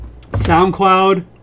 soundcloud